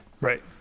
right